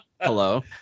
hello